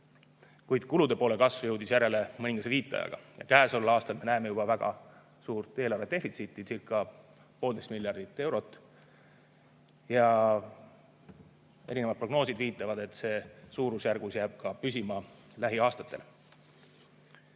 kuid kulude poole kasv jõudis järele mõningase viiteajaga. Käesoleval aastal me näeme juba väga suurt eelarvedefitsiiti, circapoolteist miljardit eurot, ja erinevad prognoosid viitavad, et see suurusjärk jääb püsima ka lähiaastatel.